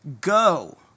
Go